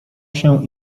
się